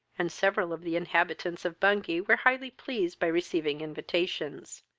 and several of the inhabitants of bungay were highly pleased by receiving invitations.